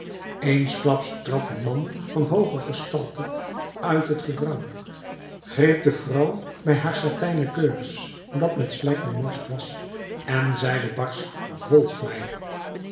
eensklaps trad een man van hooge gestalte uit het gedrang greep de vrouw bij haar satijnen keurs dat met slijk bemorst was en zeide barsch volg mij